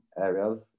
areas